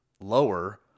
lower